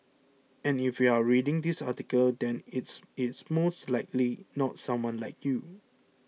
and if you are reading this article then it is most likely not someone like you